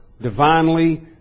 divinely